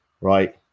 right